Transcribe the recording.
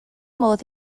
modd